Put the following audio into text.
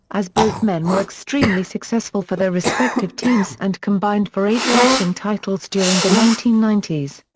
as both men were extremely successful for their respective teams and combined for eight rushing titles during the nineteen ninety s.